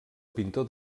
pintor